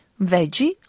veggie